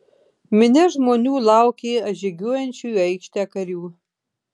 minia žmonių laukė atžygiuojančių į aikštę karių